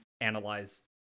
analyze